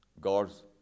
God's